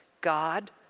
God